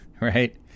right